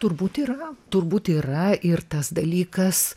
turbūt yra turbūt yra ir tas dalykas